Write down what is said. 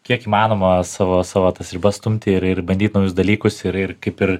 kiek įmanoma savo savo tas ribas stumti ir ir bandyt naujus dalykus ir ir kaip ir